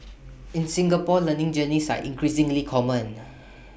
in Singapore learning journeys are increasingly common